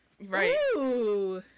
right